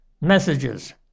messages